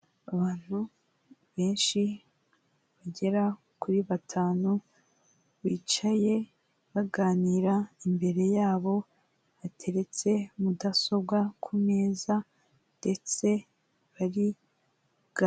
Abantu benshi bagera kuri batanu, bicaye baganira, imbere yabo hateretse mudasobwa ku meza ndetse bari,...